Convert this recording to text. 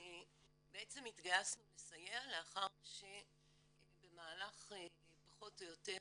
בעצם התגייסנו לסייע לאחר שבמהלך של פחות או יותר שנתיים,